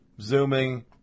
Zooming